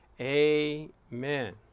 amen